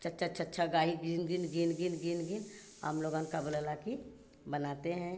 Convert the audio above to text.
चचा छछा गाई गिन गिन गिन गिन गिन गिन गिन हम लोगन का बोला ला कि बनाते हैं